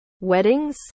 Weddings